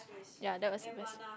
ya that was the best